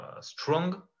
strong